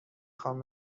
خوام